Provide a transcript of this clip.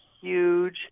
huge